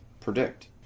predict